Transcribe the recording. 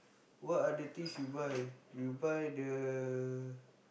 what are the things you buy you buy the